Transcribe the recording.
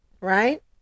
right